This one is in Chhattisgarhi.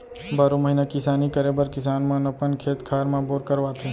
बारो महिना किसानी करे बर किसान मन अपन खेत खार म बोर करवाथे